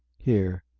here,